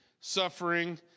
suffering